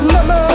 Mama